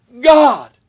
God